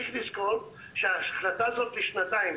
צריך לזכור שההחלטה הזאת היא לשנתיים,